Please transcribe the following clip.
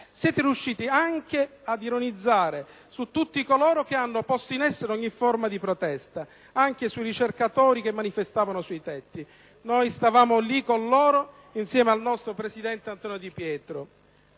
Siete riusciti anche ad ironizzare su tutti coloro che hanno posto in essere ogni forma di protesta, anche sui ricercatori che manifestavano sui tetti. Noi eravamo lì, con loro, insieme al nostro presidente Antonio Di Pietro.